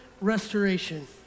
restoration